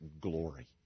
glory